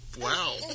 wow